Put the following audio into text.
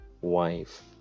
wife